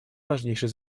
важнейшей